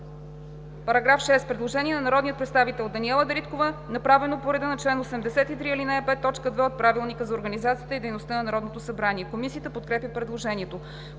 Предложение на народния представител Даниела Дариткова, направено по реда на чл. 83, ал. 5, т. 2 от Правилника за организацията и дейността на Народното събрание. Комисията подкрепя предложението.